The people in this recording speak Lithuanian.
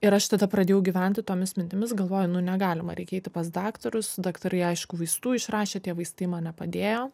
ir aš tada pradėjau gyventi tomis mintimis galvoju negalima reikia eiti pas daktarus daktarai aišku vaistų išrašė tie vaistai man nepadėjo